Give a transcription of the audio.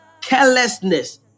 carelessness